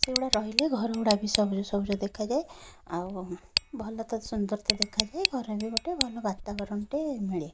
ସେଇଗୁଡ଼ା ରହିଲେ ଘରଗୁଡ଼ା ବି ସବୁଜ ସବୁଜ ଦେଖାଯାଏ ଆଉ ଭଲ ତ ସୁନ୍ଦରତା ଦେଖାଯାଏ ଘରେ ବି ଗୋଟେ ଭଲ ବାତାବରଣଟେ ମିଳେ